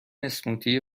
اسموتی